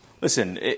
Listen